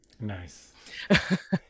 Nice